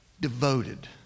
Devoted